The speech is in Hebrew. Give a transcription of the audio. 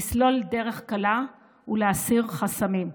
לסלול דרך קלה ולהסיר חסמים.